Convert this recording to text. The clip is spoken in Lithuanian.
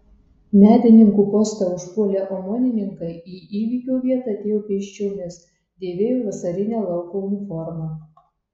medininkų postą užpuolę omonininkai į įvykio vietą atėjo pėsčiomis dėvėjo vasarinę lauko uniformą